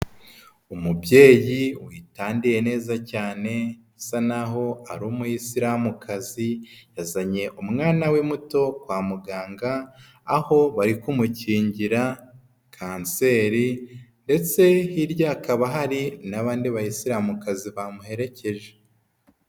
Umubyeyi witandiye neza cyane usa naho ari umuyisilamukazi yazanye umwana we muto kwa muganga, aho bari kumukingira kanseri ndetse hirya hakaba hari n'abandi bayisilamukazi bamuherekeje.